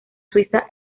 suiza